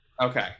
Okay